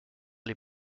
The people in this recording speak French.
les